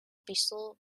pistool